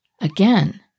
Again